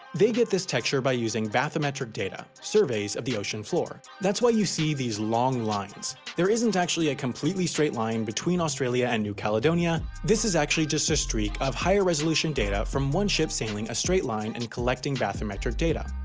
they get this texture by using bathymetric data surveys of the ocean floor. that's why you'll see these long lines. there isn't actually a completely straight line between australia and new caledonia this is actually just a streak of higher resolution data from one ship sailing a straight line and collecting bathymetric data.